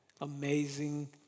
amazing